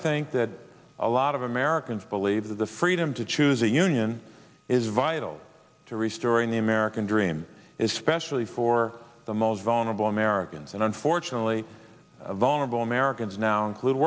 think that a lot of americans believe that the freedom to choose a union is vital to restoring the american dream is specially for the most vulnerable americans and unfortunately vulnerable americans now include